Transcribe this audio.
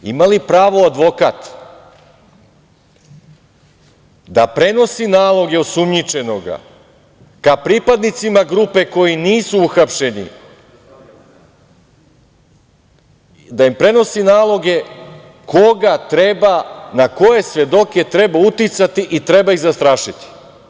Ima li pravo advokat da prenosi naloge osumnjičenoga ka pripadnicima grupe koji nisu uhapšeni, da im prenosi naloge koga treba, na koje svedoke treba uticati i treba ih zastrašiti?